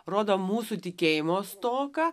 rodo mūsų tikėjimo stoką